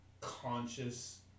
conscious